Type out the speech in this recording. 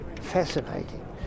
fascinating